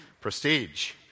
Prestige